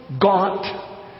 Gaunt